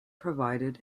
provided